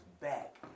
back